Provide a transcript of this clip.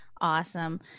Awesome